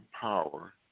power